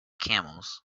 camels